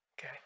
Okay